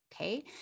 Okay